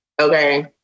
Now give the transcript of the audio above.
Okay